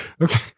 Okay